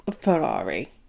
Ferrari